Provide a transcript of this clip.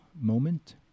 moment